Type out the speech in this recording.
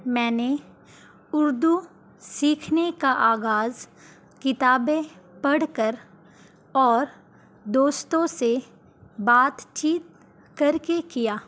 میں نے اردو سیکھنے کا آغاز کتابیں پڑھ کر اور دوستوں سے بات چیت کر کے کیا